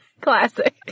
Classic